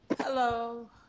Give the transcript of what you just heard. Hello